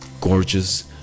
gorgeous